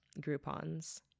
Groupons